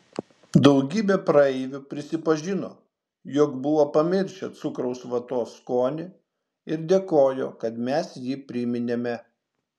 daugybė praeivių prisipažino jog buvo pamiršę cukraus vatos skonį ir dėkojo kad mes jį priminėme